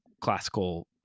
classical